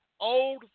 Old